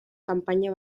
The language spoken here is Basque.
kanpaina